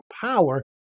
power